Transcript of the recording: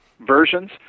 Versions